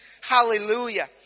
Hallelujah